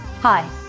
Hi